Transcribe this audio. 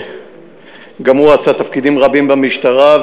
שגם הוא עשה תפקידים רבים במשטרה,